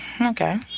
Okay